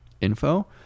info